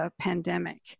Pandemic